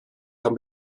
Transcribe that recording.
can